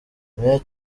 mayor